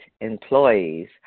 employees